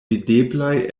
videblaj